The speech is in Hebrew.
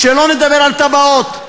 שלא נדבר על תב"עות.